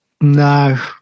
No